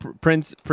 Prince